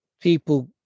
people